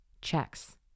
checks